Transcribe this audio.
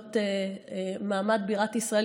בתולדות מעמד בירת ישראל,